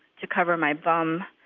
to cover my bum?